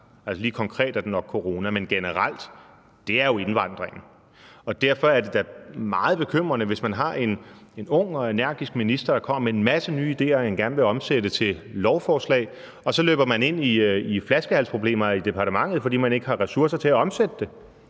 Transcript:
– lige konkret er det nok corona, men generelt – er indvandringen. Derfor er det da meget bekymrende, hvis man har en ung og energisk minister, som kommer med en masse nye ideer, som han gerne vil omsætte til lovforslag, og man så løber ind i flaskehalsproblemer i departementet, fordi der ikke er ressourcer til at omsætte det.